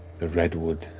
the redwood,